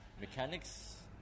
mechanics